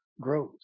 grows